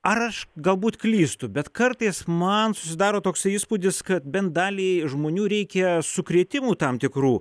ar aš galbūt klystu bet kartais man susidaro toksai įspūdis kad bent daliai žmonių reikia sukrėtimų tam tikrų